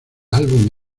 álbum